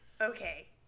Okay